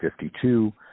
52